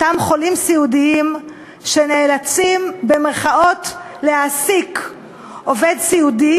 אותם חולים סיעודיים שנאלצים להעסיק עובד סיעודי